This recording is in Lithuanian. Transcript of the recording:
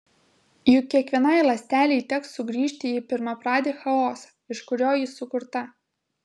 juk kiekvienai ląstelei teks sugrįžti į pirmapradį chaosą iš kurio ji sukurta